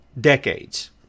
decades